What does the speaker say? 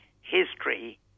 history